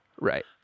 Right